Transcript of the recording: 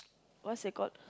what's that called